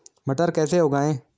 मटर कैसे उगाएं?